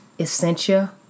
Essentia